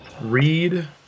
Read